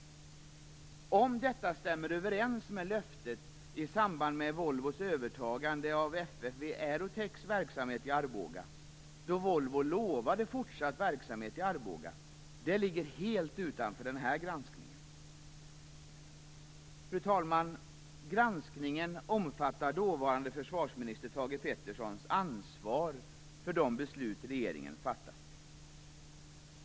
Om detta sedan stämmer överens med löftet i samband med Volvos övertagande av FFV Aerotechs verksamhet i Arboga då Volvo lovade fortsatt verksamhet i Arboga - det ligger helt utanför den här granskningen. Fru talman! Granskningen omfattar dåvarande försvarsminister Thage Petersons ansvar för de beslut regeringen har fattat.